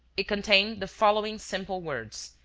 it contained the following simple words,